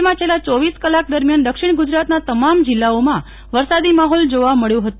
રાજ્યમાં છેલ્લા ચોવી કલાક દરમિયાન દક્ષિણ ગુજરાતના તમામ જિલ્લાઓમાં વરસાદી માહોલ જોવા મળ્યો હતો